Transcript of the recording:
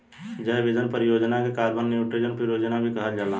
जैव ईंधन परियोजना के कार्बन न्यूट्रल परियोजना भी कहल जाला